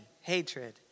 hatred